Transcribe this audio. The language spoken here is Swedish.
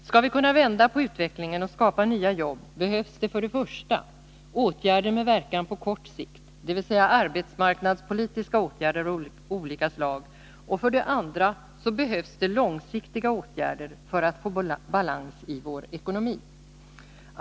Skall vi kunna vända på utvecklingen och skapa nya jobb behövs det för det första åtgärder med verkan på kort sikt, dvs. arbetsmarknadspolitiska åtgärder av olika slag, och för det andra behövs långsiktiga åtgärder för att vi skall få balans i vår ekonomi.